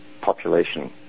population